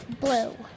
Blue